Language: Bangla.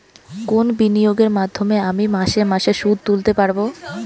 কোন বিনিয়োগের মাধ্যমে আমি মাসে মাসে সুদ তুলতে পারবো?